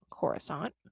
Coruscant